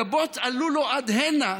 הגבות עלו לו עד הנה,